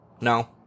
no